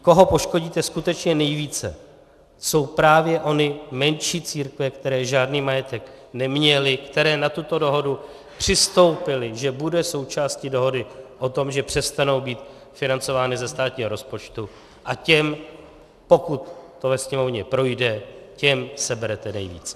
Koho poškodíte skutečně nejvíce, jsou právě ony menší církve, které žádný majetek neměly, které na tuto dohodu přistoupily, že bude součástí dohody o tom, že přestanou být financovány ze státního rozpočtu, a těm, pokud to ve Sněmovně projde, seberete nejvíc.